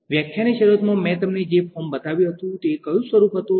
વ્યાખ્યાનની શરૂઆતમાં મેં તમને જે ફોર્મ બતાવ્યું તે કયું સ્વરૂપ હતું